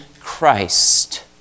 Christ